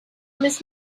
miss